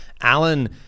alan